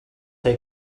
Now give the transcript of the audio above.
take